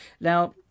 now